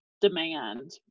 demand